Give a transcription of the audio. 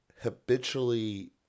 habitually